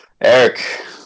Eric